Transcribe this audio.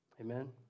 Amen